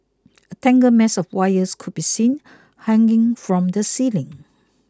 a tangled mess of wires could be seen hanging from the ceiling